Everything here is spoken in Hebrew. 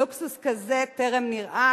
לוקסוס כזה טרם נראה.